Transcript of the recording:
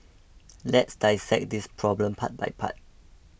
let's dissect this problem part by part